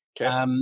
Okay